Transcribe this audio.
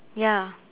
ya